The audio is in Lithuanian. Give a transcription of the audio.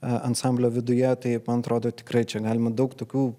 ansamblio viduje tai man atrodo tikrai čia galima daug tokių